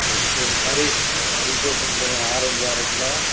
சரி சரி வரிசை வரிசையாக சொல்லுங்க ஆரஞ்சு அரை கிலோ